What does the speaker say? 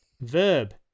Verb